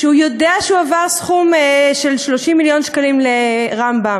שהוא יודע שהועבר סכום של 30 מיליון שקלים לרמב"ם.